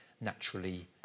naturally